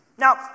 Now